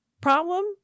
problem